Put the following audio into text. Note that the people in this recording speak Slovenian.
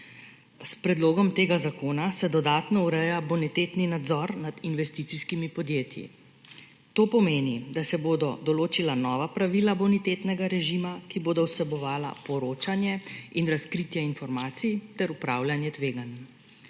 S predlogom tega zakona se dodatno ureja bonitetni nadzor nad investicijskimi podjetji. To pomeni, da se bodo določila nova pravila bonitetnega režima, ki bodo vsebovala poročanje in razkritje informacij, ter upravljanje tveganj.